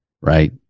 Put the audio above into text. right